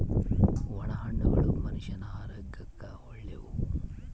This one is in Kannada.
ಒಣ ಹಣ್ಣುಗಳು ಮನುಷ್ಯನ ಆರೋಗ್ಯಕ್ಕ ಒಳ್ಳೆವು